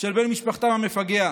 של בן משפחתם המפגע,